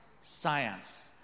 science